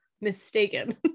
mistaken